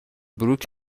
بروک